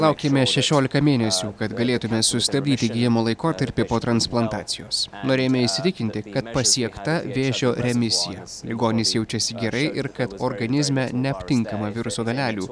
laukėme šešiolika mėnesių kad galėtume sustabdyti gijimo laikotarpį po transplantacijos norėjome įsitikinti kad pasiekta vėžio remisija ligonis jaučiasi gerai ir kad organizme neaptinkama viruso dalelių